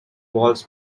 walls